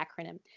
acronym